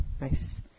nice